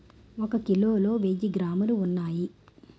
ఒక కిలోలో వెయ్యి గ్రాములు ఉన్నాయి